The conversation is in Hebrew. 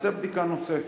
ונעשה בדיקה נוספת.